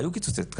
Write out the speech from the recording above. היו קיצוצי תקנים.